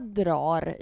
drar